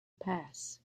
pass